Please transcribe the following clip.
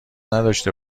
نداشته